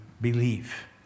believe